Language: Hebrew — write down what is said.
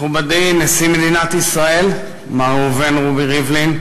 מכובדי נשיא מדינת ישראל מר ראובן רובי ריבלין,